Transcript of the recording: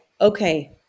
okay